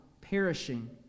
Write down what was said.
perishing